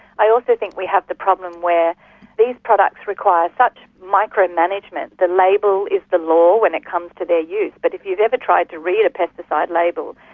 i also think we have the problem where these products require such micromanagement, the label is the law when it comes to their use, but if you've ever tried to read a pesticide label,